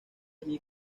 allí